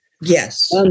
Yes